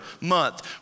month